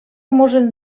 murzyn